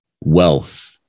wealth